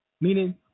meaning